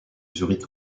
zurich